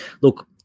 Look